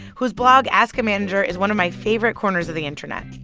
whose blog, ask a manager, is one of my favorite corners of the internet